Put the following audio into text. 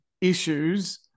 issues